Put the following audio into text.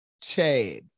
Chad